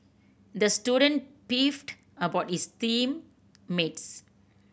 the student beefed about his team mates